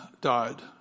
died